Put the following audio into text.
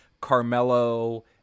Carmelo